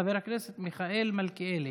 חבר הכנסת מיכאל מלכיאלי,